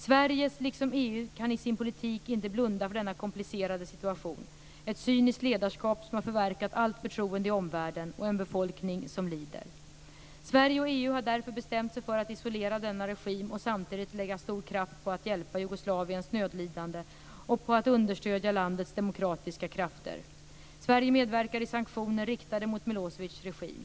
Sverige liksom EU kan i sin politik inte blunda för denna komplicerade situation, ett cyniskt ledarskap som har förverkat allt förtroende i omvärlden och en befolkning som lider. Sverige och EU har därför bestämt sig för att isolera denna regim samtidigt som stor kraft läggs på att hjälpa Jugoslaviens nödlidande och på att understödja landets demokratiska krafter. Sverige medverkar i sanktioner riktade mot Milosevics regim.